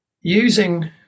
using